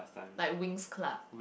like WinX Club